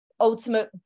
ultimate